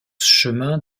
chemin